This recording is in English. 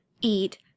eat